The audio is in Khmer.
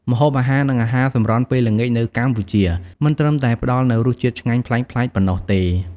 ម្ហូបអាហារ និងអាហារសម្រន់ពេលល្ងាចនៅកម្ពុជា មិនត្រឹមតែផ្តល់នូវរសជាតិឆ្ងាញ់ប្លែកៗប៉ុណ្ណោះទេ ។